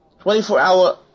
24-hour